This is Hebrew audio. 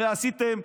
הרי עשיתם,